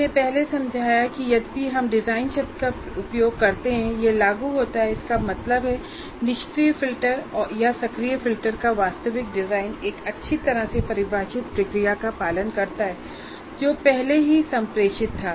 हमने पहले समझाया है कि यद्यपि हम डिजाइन शब्द का उपयोग करते हैं यह लागू होता है इसका मतलब है निष्क्रिय फिल्टर या सक्रिय फिल्टर का वास्तविक डिजाइन एक अच्छी तरह से परिभाषित प्रक्रिया का पालन करता है जो पहले से ही संप्रेषित था